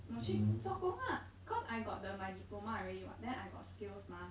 我去做工 lah cause I got the my diploma already [what] then I got skills mah